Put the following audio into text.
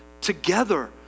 together